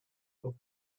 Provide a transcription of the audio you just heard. will